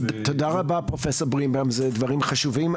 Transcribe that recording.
תודה רבה פרופ' גרינבאום, אלה דברים חשובים.